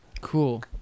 Cool